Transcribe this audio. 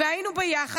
היינו ביחד,